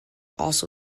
also